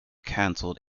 canceled